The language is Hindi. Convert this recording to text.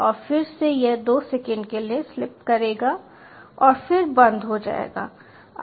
और फिर से यह 2 सेकंड के लिए स्लीप करेगा और फिर बंद हो जाएगा